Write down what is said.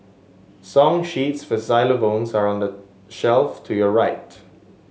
song sheets for xylophones are on the shelf to your right